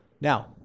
now